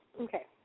Okay